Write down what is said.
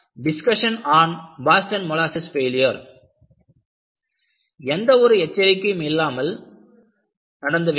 discussion and Boston molasses failure எந்த ஒரு எச்சரிக்கையும் ஏற்பட்ட இல்லாமல் விபத்து